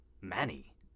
Manny